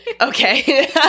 Okay